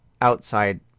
outside